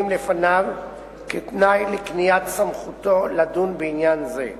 לפניו כתנאי לקניית סמכותו לדון בעניין זה.